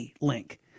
link